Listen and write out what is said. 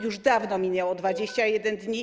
Już dawno minęło 21 dni.